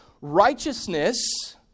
righteousness